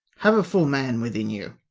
have a full man within you